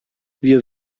wir